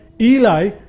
Eli